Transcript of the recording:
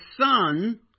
son